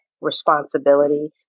responsibility